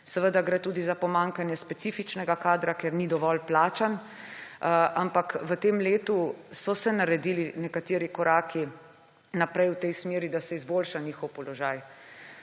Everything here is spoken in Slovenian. Seveda gre tudi za pomanjkanje specifičnega kadra, ker ni dovolj plačan, ampak v tem letu so se naredili nekateri koraki naprej v tej smeri, da se izboljša njihov položaj.